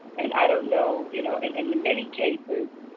and i don't know, you know and in many cases,